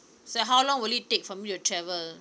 so how long will it take for me to travel